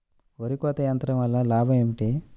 వరి కోత యంత్రం వలన లాభం ఏమిటి?